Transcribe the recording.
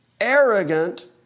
arrogant